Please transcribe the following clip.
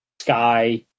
Sky